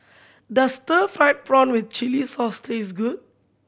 does stir fried prawn with chili sauce taste good